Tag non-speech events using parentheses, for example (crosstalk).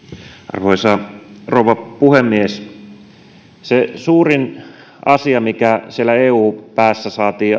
arvoisa rouva puhemies se suurin asia mikä siellä eu päässä saatiin (unintelligible)